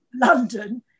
London